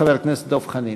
חבר הכנסת דב חנין.